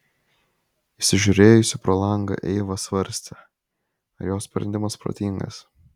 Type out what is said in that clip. įsižiūrėjusi pro langą eiva svarstė ar jos sprendimas protingas